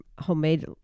homemade